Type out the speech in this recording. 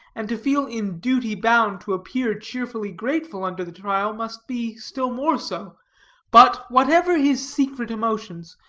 and to feel in duty bound to appear cheerfully grateful under the trial, must be still more so but whatever his secret emotions,